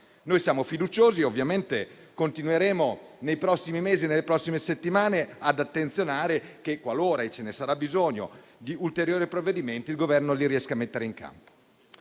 Noi siamo fiduciosi e ovviamente continueremo nei prossimi mesi e nelle prossime settimane ad attenzionare la situazione e che, qualora ci sarà bisogno di ulteriori provvedimenti, il Governo riesca a metterli in campo.